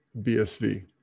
bsv